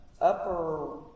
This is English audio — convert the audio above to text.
Upper